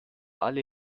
alle